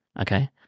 okay